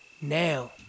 Now